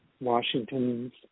Washington's